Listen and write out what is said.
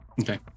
Okay